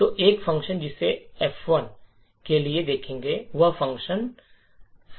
तो एक फ़ंक्शन जिसे हम F1 के लिए देखेंगे वह फ़ंक्शन सिस्टम है